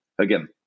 again